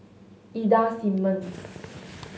Ida Simmons